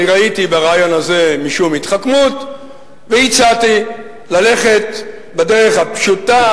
אני ראיתי ברעיון הזה משום התחכמות והצעתי ללכת בדרך הפשוטה,